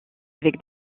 avec